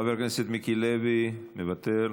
חבר הכנסת מיקי לוי, מוותר.